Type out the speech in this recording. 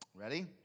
Ready